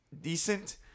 decent